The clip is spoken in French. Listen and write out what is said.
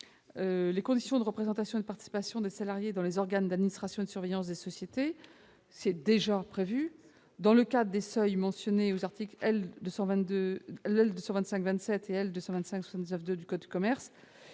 les conditions de représentation et de participation des salariés dans les organes d'administration et de surveillance des sociétés dans le cadre des seuils mentionnés aux articles L. 225-27 et L. 225-79-2 du code de commerce,